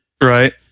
Right